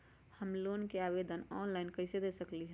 हम लोन के ऑनलाइन आवेदन कईसे दे सकलई ह?